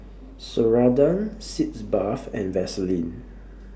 Ceradan Sitz Bath and Vaselin